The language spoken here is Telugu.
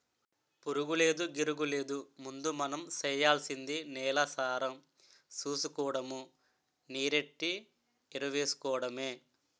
పురుగూలేదు, గిరుగూలేదు ముందు మనం సెయ్యాల్సింది నేలసారం సూసుకోడము, నీరెట్టి ఎరువేసుకోడమే